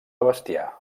bestiar